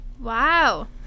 wow